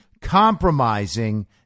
compromising